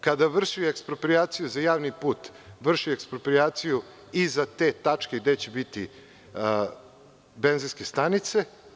Kada se vrši eksproprijacija za javni put, eksproprijacija se vrši i za te tačke gde će biti benzinske stanice.